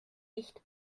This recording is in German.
nicht